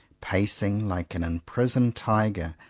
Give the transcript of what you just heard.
pacing, like an imprisoned tiger,